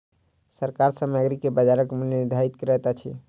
सरकार सामग्री के बजारक मूल्य निर्धारित करैत अछि